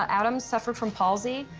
adams suffered from palsy.